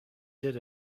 did